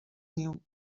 niu